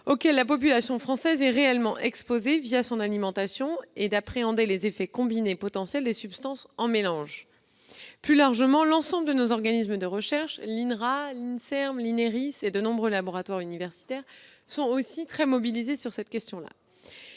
auxquels la population française est réellement exposée son alimentation et d'appréhender les effets combinés potentiels des substances en mélange. Plus largement, l'ensemble de nos organismes de recherche, l'INRA, l'INSERM et l'INERIS, ainsi que de nombreux laboratoires universitaires sont aussi très mobilisés sur cette question.